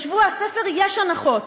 בשבוע הספר יש הנחות.